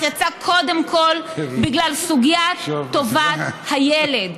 יצא קודם כול בגלל סוגיית טובת הילד,